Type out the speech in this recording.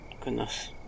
Goodness